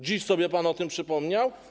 Dziś sobie pan o tym przypomniał?